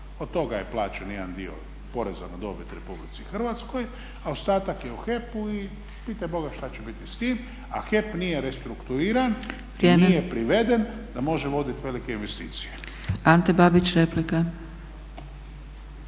Od toga je plaćen jedan dio poreza do dobit Republici Hrvatskoj a ostatak je u HEP-u i pitaj Boga šta će biti s tim a HEP nije restrukturiran i nije priveden da može voditi velike investicije.